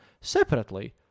separately